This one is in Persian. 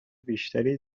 بیشتری